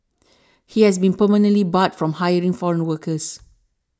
he has been permanently barred from hiring foreign workers